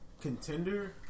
contender